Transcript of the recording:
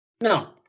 No